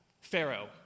Pharaoh